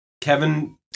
Kevin